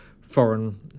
foreign